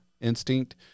instinct